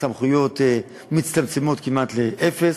הסמכויות מצטמצמות כמעט לאפס.